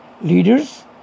leaders